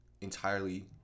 entirely